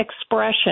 expression